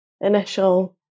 initial